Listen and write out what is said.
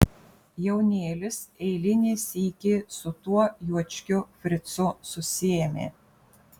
jaunėlis eilinį sykį su tuo juočkiu fricu susiėmė